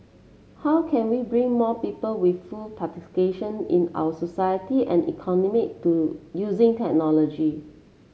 how can we bring more people with full participation in our society and economy to using technology